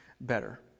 better